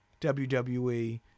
WWE